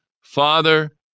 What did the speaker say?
Father